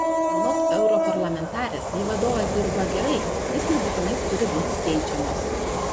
anot europarlamentarės jei vadovas dirba gerai jis nebūtinai turi būti keičiamas